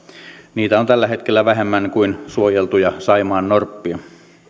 niitä on tällä hetkellä vähemmän kuin suojeltuja saimaannorppia